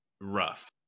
rough